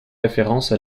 référence